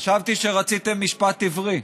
חשבתי שרציתם משפט עברי,